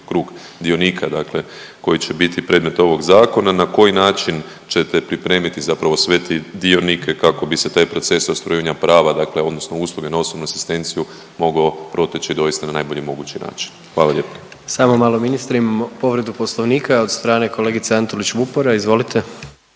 krug dionika, dakle koji će biti predmet ovog zakona, na koji način ćete pripremiti zapravo sve te dionike kako bi se taj proces ostvarivanja prava dakle odnosno usluge na osobnu asistenciju mogao proteći doista na najbolji mogući način. Hvala lijepo. **Jandroković, Gordan (HDZ)** Samo malo ministre, imamo povredu Poslovnika od strane kolegice Antolić Vupora. Izvolite.